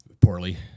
poorly